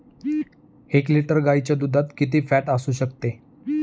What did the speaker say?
एक लिटर गाईच्या दुधात किती फॅट असू शकते?